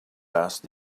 asked